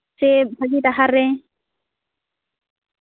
ᱥᱮ ᱵᱷᱟ ᱜᱤ ᱰᱟᱦᱟᱨ ᱨᱮ